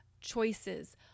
choices